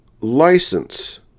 License